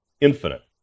infinite